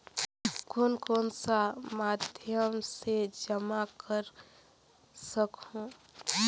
कौन कौन सा माध्यम से जमा कर सखहू?